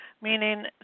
Meaning